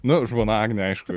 nu žmona agnė aišku